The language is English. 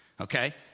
okay